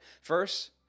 First